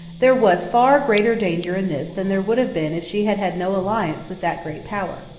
there was far greater danger in this than there would have been if she had had no alliance with that great power.